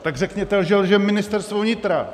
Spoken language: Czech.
Tak řekněte, že lže Ministerstvo vnitra.